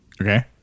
Okay